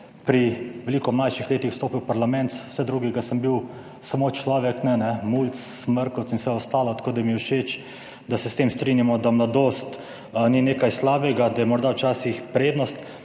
pri veliko mlajših letih vstopil v parlament. Vse drugega sem bil, samo človek ne, ne, mulc, smrkavc in vse ostalo, tako da mi je všeč, da se s tem strinjamo, da mladost ni nekaj slabega, da je morda včasih prednost.